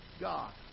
God